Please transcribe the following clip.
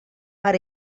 per